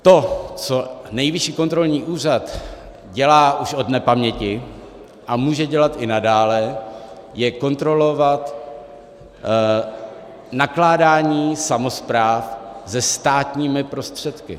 To, co Nejvyšší kontrolní úřad dělá už od nepaměti a může dělat i nadále, je kontrolovat nakládání samospráv se státními prostředky.